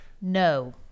no